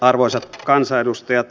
arvoisat kansanedustajat